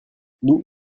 nous